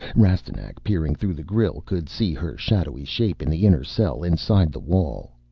rastignac, peering through the grille, could see her shadowy shape in the inner cell inside the wall.